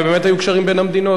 ובאמת היו קשרים בין המדינות.